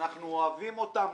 אנחנו אוהבים אותם,